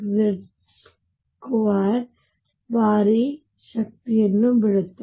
6Z2 ಬಾರಿ ಶಕ್ತಿಯನ್ನು ಬಿಡುತ್ತದೆ